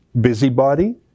busybody